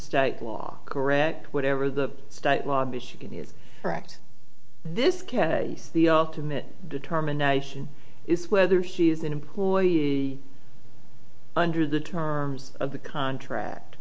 state law correct whatever the state law because she can is correct this case the ultimate determination is whether he's an employee under the terms of the contract